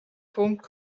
punkt